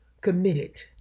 committed